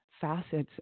facets